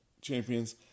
champions